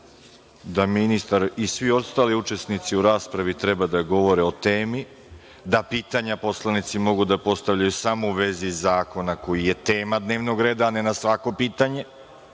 da ministar i svi ostali učesnici u raspravi treba da govore o temi, da pitanja poslanici mogu da postavljaju samo u vezi zakona koji je tema dnevnog reda, a ne na svako pitanje,